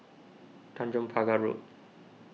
Tanjong Pagar Road